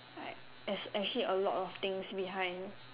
like as actually a lot of things behind